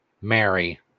Mary